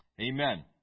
Amen